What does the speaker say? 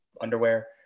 underwear